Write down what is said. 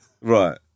Right